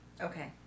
Okay